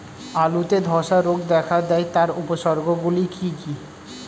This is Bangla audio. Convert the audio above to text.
আলুতে ধ্বসা রোগ দেখা দেয় তার উপসর্গগুলি কি কি?